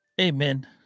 Amen